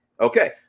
Okay